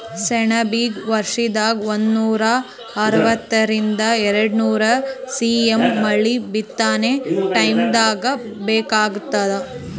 ಸೆಣಬಿಗ ವರ್ಷದಾಗ್ ಒಂದನೂರಾ ಅರವತ್ತರಿಂದ್ ಎರಡ್ನೂರ್ ಸಿ.ಎಮ್ ಮಳಿ ಬಿತ್ತನೆ ಟೈಮ್ದಾಗ್ ಬೇಕಾತ್ತದ